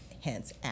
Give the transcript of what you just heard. hence